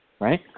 Right